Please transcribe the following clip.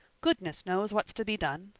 goodness knows what's to be done.